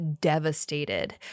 devastated